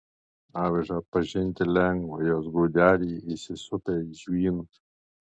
avižą pažinti lengva jos grūdeliai įsisupę į žvynus